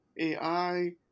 AI